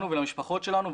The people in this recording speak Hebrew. לנו ולמשפחות שלנו.